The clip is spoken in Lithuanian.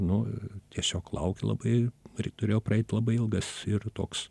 nu tiesiog laukia labai turėjo praeit labai ilgas ir toks